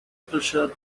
pressures